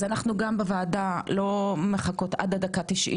אז אנחנו גם בוועדה לא מחכות עד הדקה ה-90,